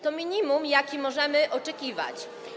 To minimum, jakiego możemy oczekiwać.